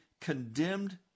condemned